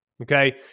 Okay